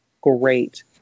great